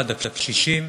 1. קשישים,